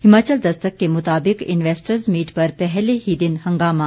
हिमाचल दस्तक के मुताबिक investors meet पर पहले ही दिन हंगामा